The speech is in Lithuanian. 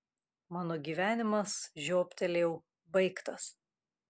mano gyvenimas žiobtelėjau baigtas